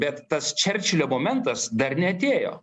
bet tas čerčilio momentas dar neatėjo